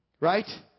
right